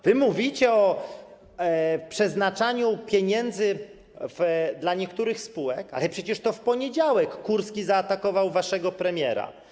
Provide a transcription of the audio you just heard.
Wy mówicie o przeznaczaniu pieniędzy dla niektórych spółek, ale przecież to w poniedziałek Kurski zaatakował waszego premiera.